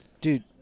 dude